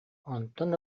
онтон